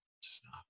stop